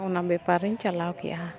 ᱚᱱᱟ ᱵᱮᱯᱟᱨᱤᱧ ᱪᱟᱞᱟᱣ ᱠᱮᱜᱼᱟ